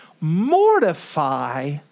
mortify